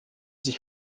sich